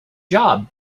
job